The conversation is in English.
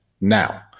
now